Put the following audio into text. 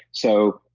so,